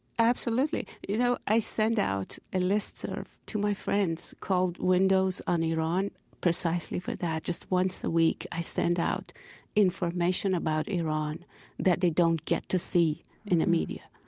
absolutely. you know, i send out ah listserv to my friends called windows on iran precisely for that. just once a week, i send out information about iran that they don't get to see in the media.